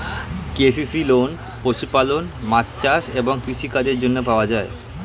KCC loan পশুপালন, মাছ চাষ এবং কৃষি কাজের জন্য পাওয়া যায়